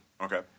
Okay